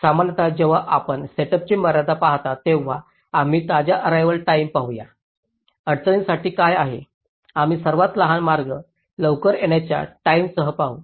सामान्यत जेव्हा आपण सेटअपची मर्यादा पाहता तेव्हा आम्ही ताज्या अर्रेवाल टाईम पाहूया अडचणींसाठी काय आहे आम्ही सर्वात लहान मार्ग लवकर येण्याच्या टाईमस पाहू